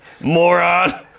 Moron